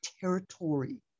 territory